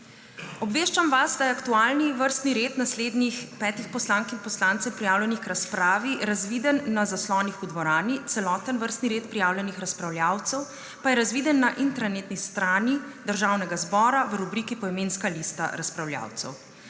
Obveščam vas, da je aktualni vrstni red naslednjih petih poslank in poslancev, prijavljenih k razpravi, razviden na zaslonih v dvorani, celoten vrstni red prijavljenih razpravljavcev pa je razviden na intranetni strani Državnega zbora v rubriki Poimenska lista razpravljavcev.